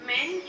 Men